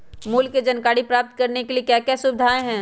मूल्य के जानकारी प्राप्त करने के लिए क्या क्या सुविधाएं है?